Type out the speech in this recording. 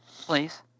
Please